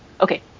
okay